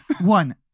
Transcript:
One